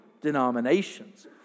denominations